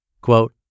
Quote